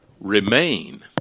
remain